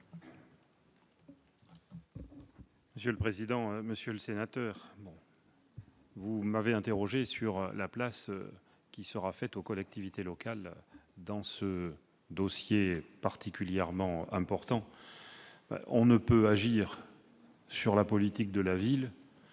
M. le ministre. Monsieur le sénateur, vous m'avez interrogé sur la place qui sera faite aux collectivités locales dans ce dossier particulièrement important. On ne peut agir sur la politique de la ville